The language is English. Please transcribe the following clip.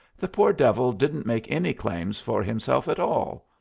the poor devil didn't make any claims for himself at all.